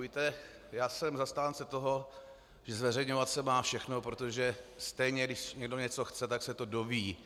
Víte, já jsem zastáncem toho, že zveřejňovat se má všechno, protože stejně když někdo něco chce, tak se to dozví.